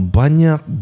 banyak